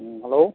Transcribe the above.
ᱦᱮᱸ ᱦᱮᱞᱳ